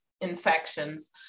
infections